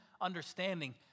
understanding